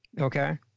okay